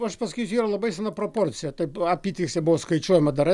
aš pasakysiu yra labai sena proporcija taip apytiksliai buvo skaičiuojama dar